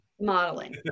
modeling